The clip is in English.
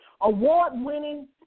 award-winning